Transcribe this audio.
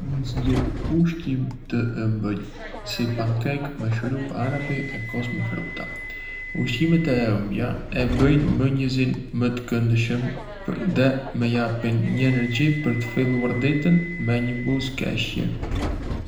Mund të zgjedh ushqim të ëmbël, si pancake me shurup arapi o kos me fruta. Ushqimet e ëmbla e bëjnë mëngjesin më të këndshëm dhe më japin një energji për të filluar ditën me një buzëqeshje.